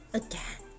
again